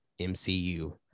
MCU